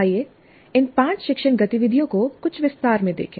आइए इन पांच शिक्षण गतिविधियों को कुछ विस्तार से देखें